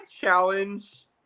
challenge